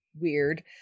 weird